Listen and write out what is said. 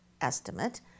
estimate